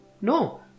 No